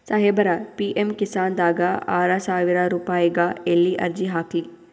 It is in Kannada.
ಸಾಹೇಬರ, ಪಿ.ಎಮ್ ಕಿಸಾನ್ ದಾಗ ಆರಸಾವಿರ ರುಪಾಯಿಗ ಎಲ್ಲಿ ಅರ್ಜಿ ಹಾಕ್ಲಿ?